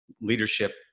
leadership